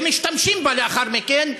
ומשתמשים בה לאחר מכן,